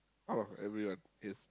out of everyone yes